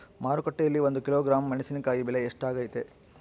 ಮಾರುಕಟ್ಟೆನಲ್ಲಿ ಒಂದು ಕಿಲೋಗ್ರಾಂ ಮೆಣಸಿನಕಾಯಿ ಬೆಲೆ ಎಷ್ಟಾಗೈತೆ?